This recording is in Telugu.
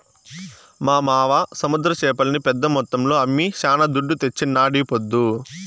మా మావ సముద్ర చేపల్ని పెద్ద మొత్తంలో అమ్మి శానా దుడ్డు తెచ్చినాడీపొద్దు